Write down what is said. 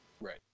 Right